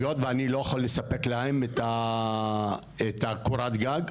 היות ואני לא יכול לספק להם את קורת הגג,